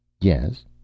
Yes